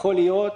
יכול להיות,